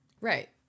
right